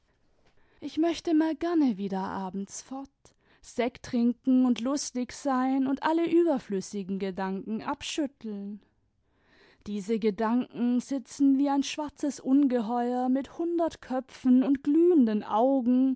ich möchte mal gerne wieder abends fort sekt trinken und lustig sein und alle überflüssigen gedanken abschütteln diese gedanken sitzen wie ein schwarzes ungeheuer mit hundert köpfen und glühenden augen